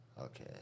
Okay